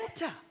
enter